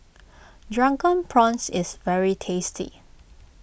Drunken Prawns is very tasty